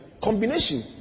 Combination